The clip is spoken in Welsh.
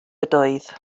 ydoedd